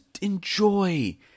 enjoy